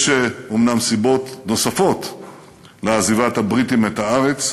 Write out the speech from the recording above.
יש אומנם סיבות נוספות לעזיבת הבריטים את הארץ,